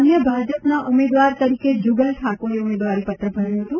અન્ય ભાજપના ઉમેદવાર તરીકે જુગલ ઠાકોરે ઉમેદવારીપત્ર ભર્યું હતું